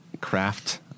craft